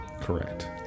Correct